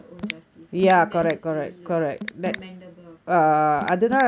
seek her own justice I think that is really like commendable of her